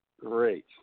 Great